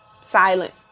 silent